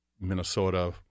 Minnesota